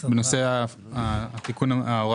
בנושא התיקון של הוראת השעה?